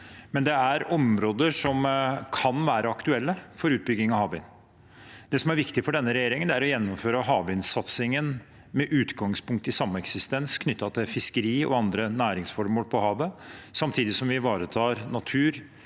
men det er områder som kan være aktuelle for utbygging av havvind. Det som er viktig for denne regjeringen, er å gjennomføre havvindsatsingen med utgangspunkt i sameksistens knyttet til fiskeri og andre næringsformål på havet, samtidig som vi ivaretar natur,